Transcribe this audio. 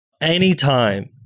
anytime